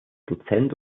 dozent